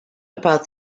about